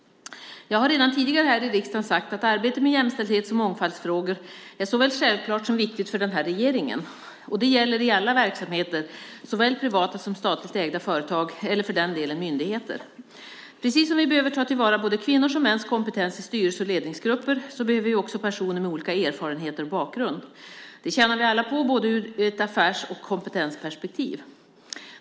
Jag har redan tidigare här i riksdagen sagt att arbetet med jämställdhets och mångfaldsfrågor är såväl självklart som viktigt för den här regeringen. Det gäller i alla verksamheter, såväl privata som statligt ägda företag eller för den delen myndigheter. Precis som vi behöver ta till vara både kvinnors och mäns kompetens i styrelser och ledningsgrupper, behöver vi också personer med olika erfarenheter och bakgrund. Det tjänar vi alla på, både ur affärs och kompetensperspektiv.